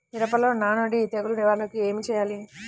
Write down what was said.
మిరపలో నానుడి తెగులు నివారణకు ఏమి చేయాలి?